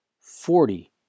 forty